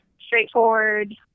straightforward